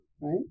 right